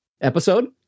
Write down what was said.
episode